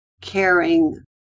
caring